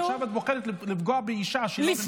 ועכשיו את בוחרת לפגוע באישה שלא נמצאת פה.